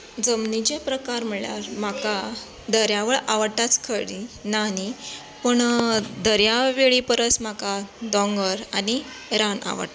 जमनीचे प्रकार म्हळ्यार म्हाका दर्यावळ आवडटाच खरी ना न्ही पूण दर्यावेळी परस म्हाका दोंगोर आनी रान आवडटा